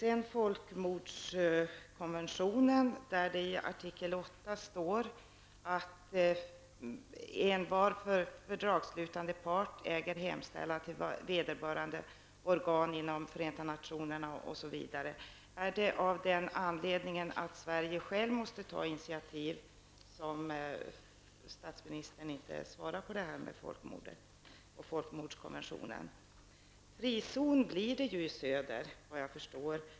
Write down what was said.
I folkmordskonventionen, artikel 8, står att envar fördragsslutande part äger hemställa till vederbörande organ inom Förenta nationerna, osv. Är det av den anledningen att Sverige självt måste ta initiativ som utrikesministern inte svarar på frågan om folkmorden och folkmordskonventionen? Det kommer att bli en frizon i söder, enligt vad jag förstår.